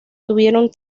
tuvieron